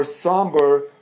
somber